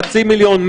חצי מיליון?